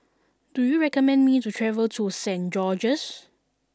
do you recommend me to travel to Saint George's